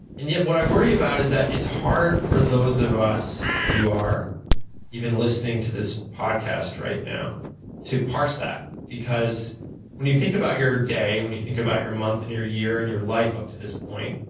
and yet what i worry about is that it's hard for those of us who are even listening to this podcast right now to parse that because when you think about your day, when you think about your month and your year, and your life up to this point,